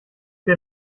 der